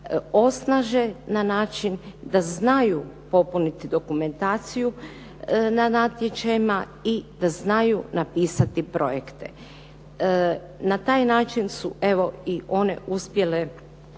osnaže na način da znaju popuniti dokumentaciju na natječajima i da znaju napisati projekte. Na taj način su evo i one uspjele